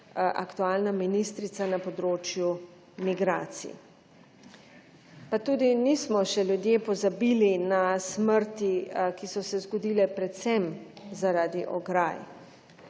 aktualna ministrica na področju migracij. Pa tudi nismo še ljudje pozabili na smrti, ki so se zgodile predvsem zaradi ograj.